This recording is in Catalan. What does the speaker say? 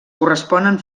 corresponen